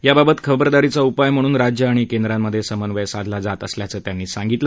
याबाबत खबरादारीचा उपाय म्हणून राज्य आणि केंद्रांमधे समन्वय साधला जात आहे असंही त्यांनी सांगितलं